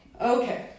Okay